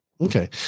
Okay